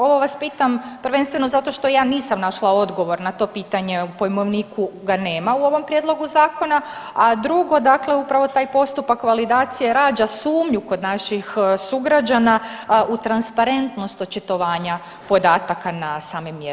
Ovo vas pitam prvenstveno zato što ja nisam našla odgovor na to pitanje, u pojmovniku ga nema u ovom prijedlogu Zakona, a drugo, dakle upravo taj postupak validacije rađa sumnji kod naših sugrađana u transparentnost očitovanja podataka na samim mjernim uređajima.